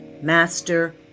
master